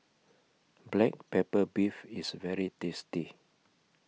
Black Pepper Beef IS very tasty